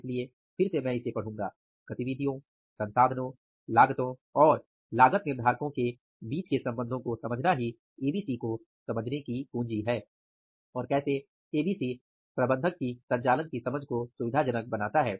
इसलिए फिर से मैं इसे पढूंगा गतिविधियों संसाधनों लागतों और लागत निर्धारको के बीच के संबंधों को समझना ही एबीसी को समझने की कुंजी है और कैसे एबीसी प्रबंधक की संचालन की समझ को सुविधाजनक बनाता है